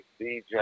dj